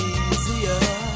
easier